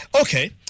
Okay